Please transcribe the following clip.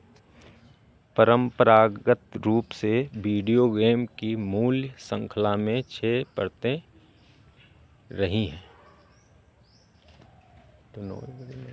परंपरागत रूप से वीडियो गेम की मूल्य शृंखला में छः परतें रही हैं